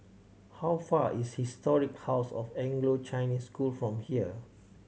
how far is Historic House of Anglo Chinese School from here